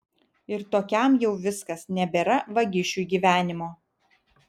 ir tokiam jau viskas nebėra vagišiui gyvenimo